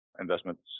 investments